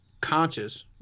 conscious